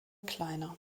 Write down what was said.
kleiner